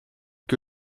que